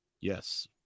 Yes